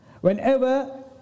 whenever